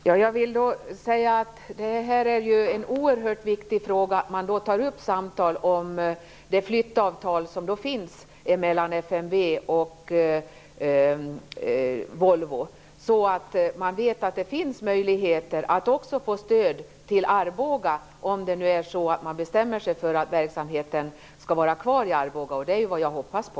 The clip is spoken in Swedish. Fru talman! Det är oerhört viktigt att man tar upp samtal om det flyttavtal som finns mellan FMV och Volvo, så att man vet att det finns möjligheter för Arboga att få stöd, om det nu bestäms att verksamheten skall vara kvar i Arboga, och det är ju vad jag hoppas på.